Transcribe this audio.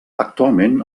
actualment